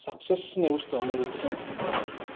success होननाय बुस्थुआ मा बेखौनो मिथियो